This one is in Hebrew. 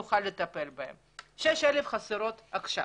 שם חסרות 6,000 עובדות.